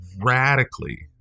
radically